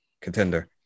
contender